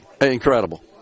Incredible